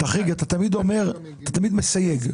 אתה תמיד אומר, אתה תמיד מסייג.